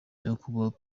nyakubahwa